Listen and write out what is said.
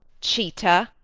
cheater!